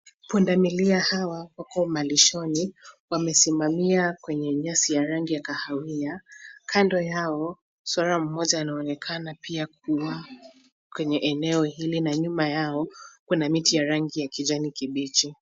Punda milia hawa wako malishoni, wamesimamia kwenye nyasi ya rangi ya kahawia. Kando yao, swara mmoja anaonekana pia kuwa kwenye eneo hili, na yuma yao kuna miti ya rangi ya kijani kibichi.